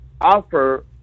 offer